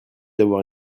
d’avoir